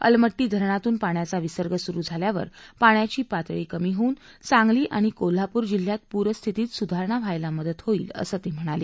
अलमट्टी धरणातून पाण्याचा विसर्ग सुरु झाल्यावर पाण्याची पातळी कमी होऊन सांगली आणि कोल्हापूर जिल्ह्यात पूरस्थितीत सुधारणा व्हायला मदत होईल असं ते म्हणाले